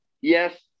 Yes